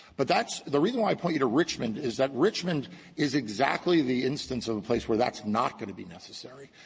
but that's the reason why i pointed to richmond is that richmond is exactly the instance of a place where that's not going to be necessary,